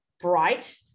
bright